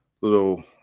little